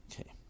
Okay